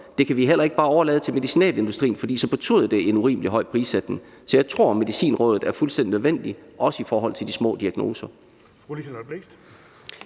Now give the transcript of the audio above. Det kan vi heller ikke bare overlade til medicinalindustrien, for så betyder det en urimeligt høj prissætning. Så jeg tror, Medicinrådet er fuldstændig nødvendigt, også i forhold til de små diagnoser.